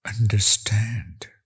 understand